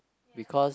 because